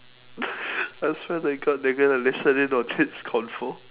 I swear to god they're gonna listen in on this convo